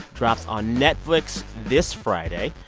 drops on netflix this friday.